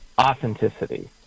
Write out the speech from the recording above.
authenticity